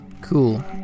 Cool